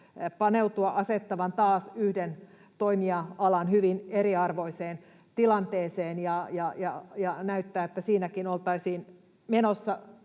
perusteella asettavan taas yhden toimija-alan hyvin eriarvoiseen tilanteeseen. Näyttää, että siinäkin oltaisiin menossa